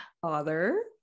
father